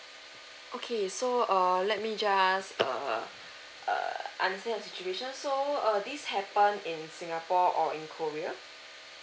okay so err let me just err err understand your situation so uh this happen in singapore or in korea